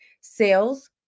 sales